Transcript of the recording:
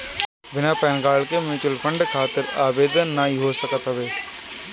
बिना pan card के mutual fund खातिर आवेदन नाइ हो सकत हवे